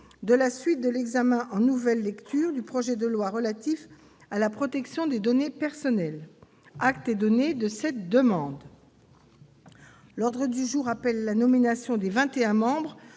de la suite de l'examen en nouvelle lecture du projet de loi relatif à la protection des données personnelles. Acte est donné de cette demande. L'ordre du jour appelle la désignation des vingt et